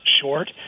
short